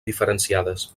diferenciades